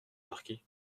marquis